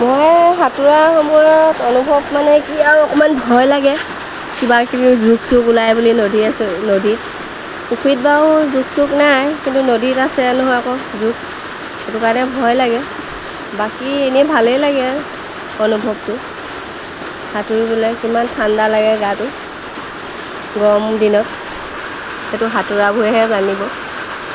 মই সাঁতোৰা সময়ত অনুভৱ মানে কি আৰু অকণমান ভয় লাগে কিবা কিবি জোক চোক ওলায় বুলি নদীয়ে নদীত পুখুৰীত বাৰু জোক চোক নাই কিন্তু নদীত আছে নহয় আকৌ জোক সেইটো কাৰণে ভয় লাগে বাকী এনেই ভালেই লাগে অনুভৱটো সাঁতুৰিবলৈ কিমান ঠাণ্ডা লাগে গাটো গৰম দিনত সেইটো সাঁতোৰাবোৰেহে জানিব